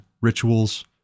rituals